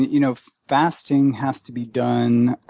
you know fasting has to be done